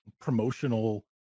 promotional